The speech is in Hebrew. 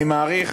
אני מעריך,